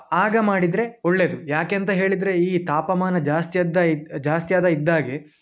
ಆಗ ಮಾಡಿದರೆ ಒಳ್ಳೆಯದು ಯಾಕಂತ ಹೇಳಿದರೆ ಈ ತಾಪಮಾನ ಜಾಸ್ತಿಯಿದ್ದ ಇದು ಜಾಸ್ತಿಯಾಗ್ತ ಇದ್ಹಾಗೆ